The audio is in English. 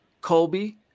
Colby